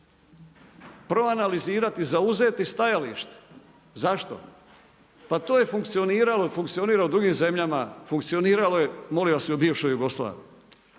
proanalizirati, zauzeti stajalište. Zašto? Pa to je funkcioniralo i funkcionira u drugim zemljama, funkcioniralo je molim vas, i u bivšoj Jugoslaviji.